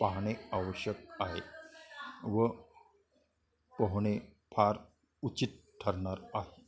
पाहणे आवश्यक आहे व पोहणे फार उचित ठरणार आहे